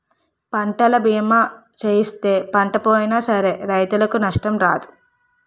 పంటల బీమా సేయిస్తే పంట పోయినా సరే రైతుకు నష్టం రాదు